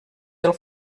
del